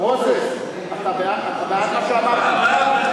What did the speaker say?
מוזס, אתה בעד מה שאמרתי?